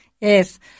Yes